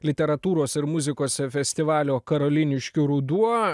literatūros ir muzikos festivalio karoliniškių ruduo